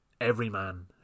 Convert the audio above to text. everyman